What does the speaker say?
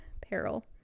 peril